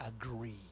agree